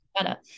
better